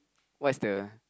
what's the